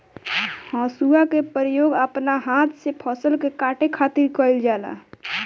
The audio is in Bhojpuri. हसुआ के प्रयोग अपना हाथ से फसल के काटे खातिर कईल जाला